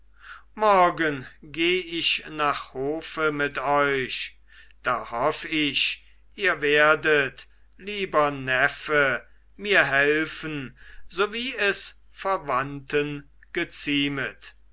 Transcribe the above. morgen geh ich nach hofe mit euch da hoff ich ihr werdet lieber neffe mir helfen so wie es verwandten geziemet